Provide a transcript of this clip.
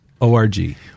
O-R-G